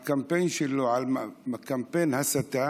הקמפיין שלו, קמפיין הסתה,